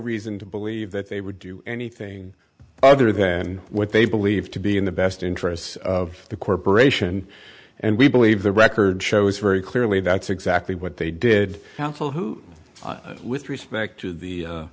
reason to believe that they would do anything other than what they believe to be in the best interests of the corporation and we believe the record shows very clearly that's exactly what they did counsel who with respect to the